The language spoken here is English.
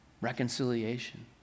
reconciliation